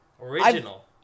Original